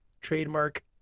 trademark